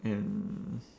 and